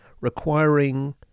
requiring